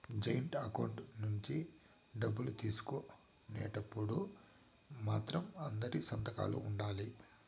joint account నుంచి డబ్బులు తీసుకునేటప్పుడు మాత్రం అందరి సంతకాలు ఉండాలి